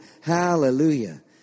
Hallelujah